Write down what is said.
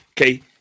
Okay